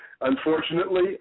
Unfortunately